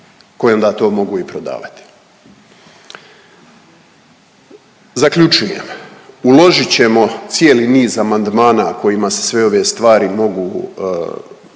koji onda to mogu i prodavati. Zaključujem. Uložit ćemo cijeli niz amandmana kojima se sve ove stvari mogu